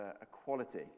equality